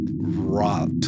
rot